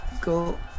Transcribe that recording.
go